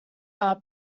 are